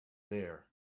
there